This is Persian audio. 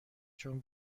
چون